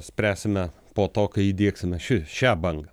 spręsime po to kai įdiegsime ši šią bangą